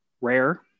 rare